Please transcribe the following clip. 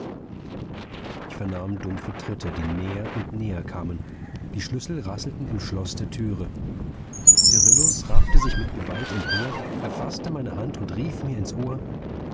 ich vernahm dumpfe tritte die näher und näher kamen die schlüssel rasselten im schloß der türe cyrillus raffte sich mit gewalt empor erfaßte meine hand und rief mir ins ohr